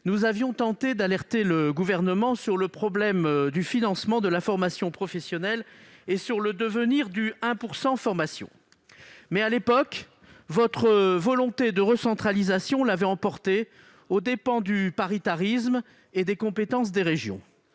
nous avions tenté d'alerter le Gouvernement sur le problème du financement de la formation professionnelle et sur le devenir du 1 % formation. À l'époque, toutefois, votre volonté de recentralisation l'avait emporté, aux dépens du paritarisme et des compétences des régions.